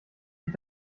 ich